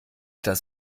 dass